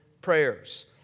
prayers